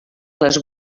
les